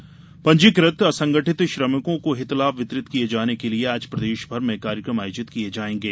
श्रमिक हितलाम पंजीकृत असंगठित श्रमिकों को हितलाभ वितरित किये जाने के लिये आज प्रदेशभर में कार्यक्रम आयोजित किये जायेंगे